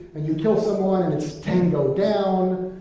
and you kill someone, and it's tango down.